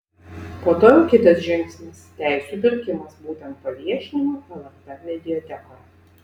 po to jau kitas žingsnis teisių pirkimas būtent paviešinimui lrt mediatekoje